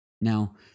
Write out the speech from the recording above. Now